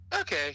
okay